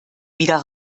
wieder